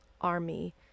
army